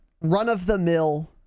run-of-the-mill